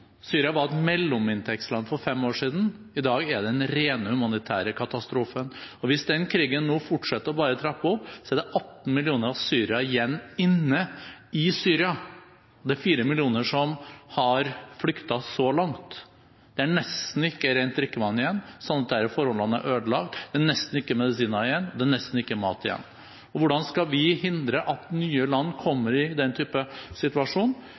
Syria. Syria var et mellominntektsland for fem år siden. I dag er det den rene humanitære katastrofen. Hvis den krigen nå bare fortsetter å trappes opp, er det 18 millioner syrere igjen inne i Syria. Det er fire millioner som har flyktet så langt. Det er nesten ikke rent drikkevann igjen, slik at der er forholdene ødelagt. Det er nesten ikke medisiner igjen, og det er nesten ikke mat igjen. Hvordan skal vi hindre at nye land kommer i den typen situasjon?